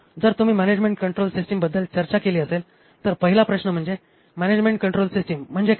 जर तुम्ही management control सिस्टमबद्दल चर्चा केली असेल तर पहिला प्रश्न म्हणजे मॅनेजमेंट कंट्रोल सिस्टम म्हणजे काय